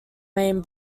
main